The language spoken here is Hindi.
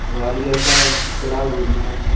ग्वालियर का क़िला घूमना है